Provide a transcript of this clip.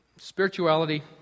Spirituality